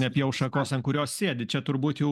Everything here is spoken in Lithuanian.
nepjaus šakos ant kurios sėdi čia turbūt jau